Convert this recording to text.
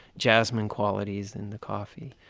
jasmine qualities in the coffee